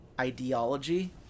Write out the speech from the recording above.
ideology